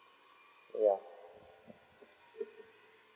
ya